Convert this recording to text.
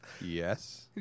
Yes